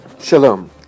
Shalom